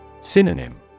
Synonym